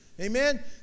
Amen